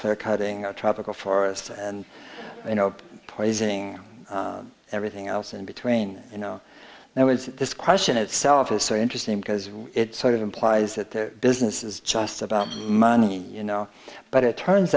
clear cutting of tropical forests and you know poisoning everything else in between you know there was this question itself was so interesting because it sort of implies that the business is just about money you know but it turns